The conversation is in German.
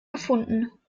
gefunden